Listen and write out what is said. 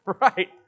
right